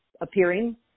appearing